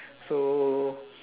so